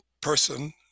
person